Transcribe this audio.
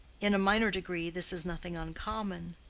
in a minor degree this is nothing uncommon,